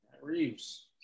Reeves